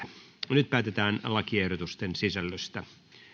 nyt päätetään lakiehdotusten sisällöstä